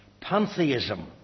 pantheism